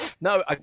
No